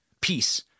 peace